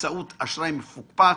באמצעות אשראי מפוקפק.